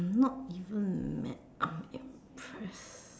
not even mad I'm impressed